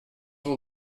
will